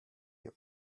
her